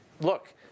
Look